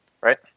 right